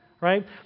Right